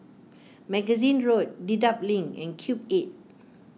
Magazine Road Dedap Link and Cube eight